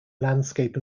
landscape